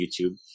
YouTube